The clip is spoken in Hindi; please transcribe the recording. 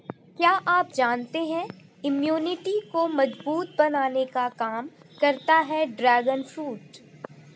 क्या आप जानते है इम्यूनिटी को मजबूत बनाने का काम करता है ड्रैगन फ्रूट?